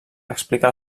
explica